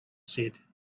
said